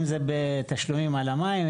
אם זה בתשלומים על המים.